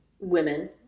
Women